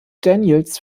daniels